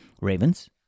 Ravens